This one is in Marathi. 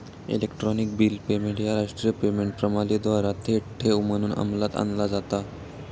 इलेक्ट्रॉनिक बिल पेमेंट ह्या राष्ट्रीय पेमेंट प्रणालीद्वारा थेट ठेव म्हणून अंमलात आणला जाता